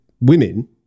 women